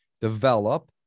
develop